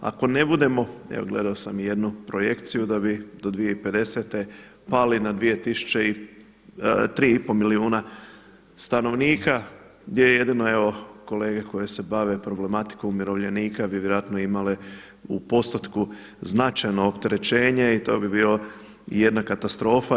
Ako ne budemo evo gledao sam i jednu projekciju da bi do 2050. pali na 3,5 milijuna stanovnika gdje jedino kolege koje se bave problematikom umirovljenika bi vjerojatno imale u postotku značajno opterećenje i to bi bilo jedna katastrofa.